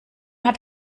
hat